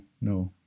no